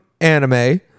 anime